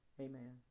Amen